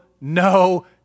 no